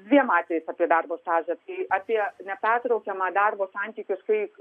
dviem atvejais apie darbo stažą apie nepertraukiamą darbo santykius kai